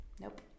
Nope